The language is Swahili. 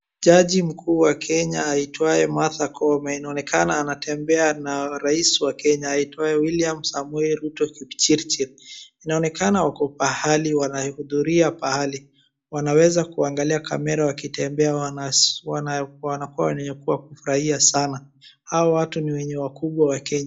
Jaji mkuu wa Kenya aitwaye Martha Koome inaonekana anatembea na Rais wa Kenya aitwaye William Samoei Ruto kipchirchir. Inaonekana wako pahali, wanahudhuria pahali. Wanaweza kuangalia kamera wakitembea wanakuwa wenye kufurahia sana. Hao watu ni wenye wakubwa wa Kenya.